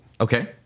Okay